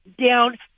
down